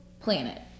planet